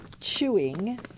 chewing